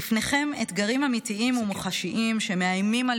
בפניכם אתגרים אמיתיים ומוחשיים שמאיימים על